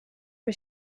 was